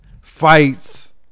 fights